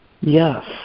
yes